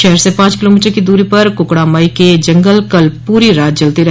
शहर से पांच किलोमीटर की दूरी पर कुकुड़ामाई के जंगल कल पूरी रात जलते रहे